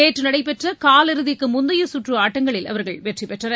நேற்று நடைபெற்ற காலிறுதிக்கு முந்தைய சுற்று ஆட்டங்களில் அவர்கள் வெற்றி பெற்றனர்